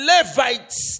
Levites